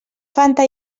fanta